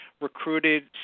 recruited